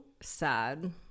Sad